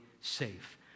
safe